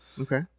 Okay